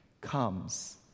comes